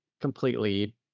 completely